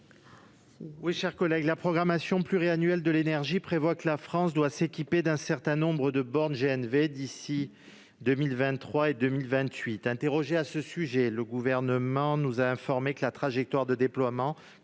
la commission ? La programmation pluriannuelle de l'énergie (PPE) prévoit que la France doit s'équiper d'un certain nombre de bornes GNV d'ici à 2023 et 2028. Interrogé sur ce sujet, le Gouvernement nous a informés que la trajectoire de déploiement